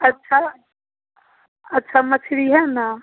अच्छा अच्छा मछरी हइ ने